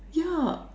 ya